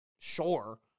sure